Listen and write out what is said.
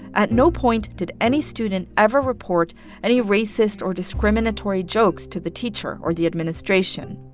at no point did any student ever report any racist or discriminatory jokes to the teacher or the administration.